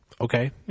okay